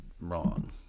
wrong